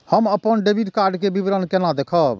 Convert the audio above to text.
हम अपन debit card के विवरण केना देखब?